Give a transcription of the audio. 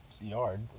yard